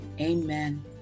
Amen